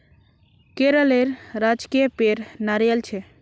केरलेर राजकीय पेड़ नारियल छे